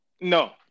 no